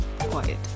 quiet